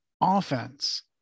offense